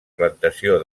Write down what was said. plantació